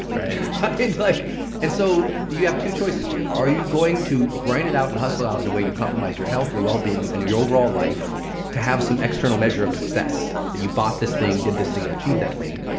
right like and so you have two choices here. are you going to grind it out and hustle it out in a way you compromise your health, your wellbeing, and your your overall life to have some external measure of success that you bought this thing, did this thing, or achieved that thing?